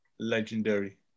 Legendary